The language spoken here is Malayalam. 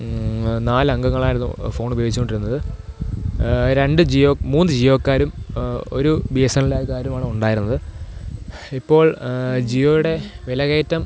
നാലംഗങ്ങളായിരുന്നു ഫോണുപയോഗിച്ചു കൊണ്ടിരുന്നത് രണ്ട് ജിയോ മൂന്നു ജിയോക്കാരും ഒരു ബി എസ് എന്നിലേക്കാരുമാണ് ഉണ്ടായിരുന്നത് ഇപ്പോൾ ജിയോയുടെ വില കയറ്റം